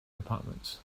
departments